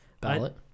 ballot